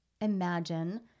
imagine